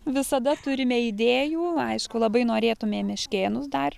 visada turime idėjų aišku labai norėtumėm meškėnus dar